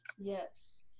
yes